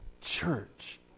church